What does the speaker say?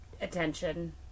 attention